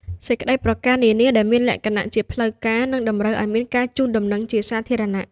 សេចក្តីប្រកាសនានា ដែលមានលក្ខណៈផ្លូវការ និងតម្រូវឲ្យមានការជូនដំណឹងជាសាធារណៈ។